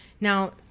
Now